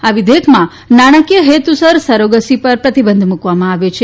આ વિધેયકમાં નાણાંકીય હેતુસર સરોગસી પર પ્રતિબંધ મુકવામાં આવ્યો છે